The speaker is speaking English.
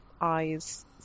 eyes